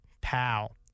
pal